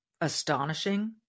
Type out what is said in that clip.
Astonishing